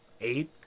eight